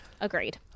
agreed